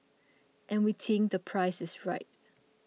and we think the price is right